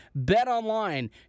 Betonline